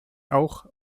auch